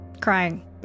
crying